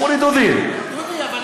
אמרו לי: דודי,